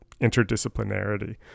interdisciplinarity